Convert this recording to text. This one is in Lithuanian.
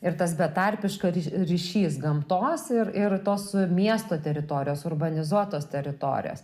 ir tas betarpiško ryšys gamtos ir ir tos miesto teritorijos urbanizuotos teritorijos